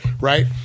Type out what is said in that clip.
Right